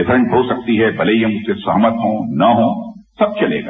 different हो सकती है भले ही हम उससे सहमत हों न हों सब चलेगा